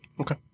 Okay